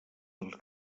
dels